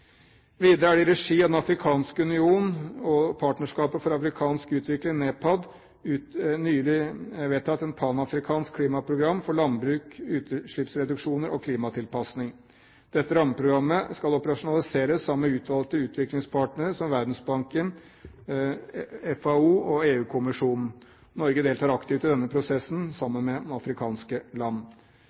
Videre er det i regi av Den afrikanske union og partnerskapet for afrikansk utvikling, NEPAD, nylig vedtatt et panafrikansk klimaprogram for landbruk, utslippsreduksjoner og klimatilpasning. Dette rammeprogrammet skal operasjonaliseres sammen med utvalgte utviklingspartnere som Verdensbanken, FAO og EU-kommisjonen. Norge deltar aktivt i denne prosessen sammen med afrikanske land.